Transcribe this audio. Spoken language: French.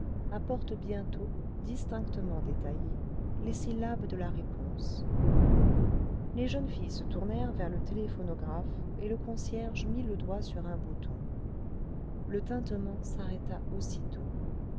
apporte bientôt distinctement'détaillées les syllabes de la réponse les jeunes filles se tournèrent vers le téléphonographe et le concierge mit le doigt sur un bouton le tintement s'arrêta aussitôt